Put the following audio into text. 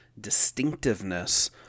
distinctiveness